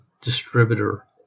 distributor